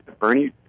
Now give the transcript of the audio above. Bernie